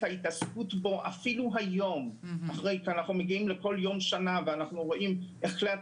ההתעסקות בו אפילו היום כאשר מגיע יום השנה לאסון,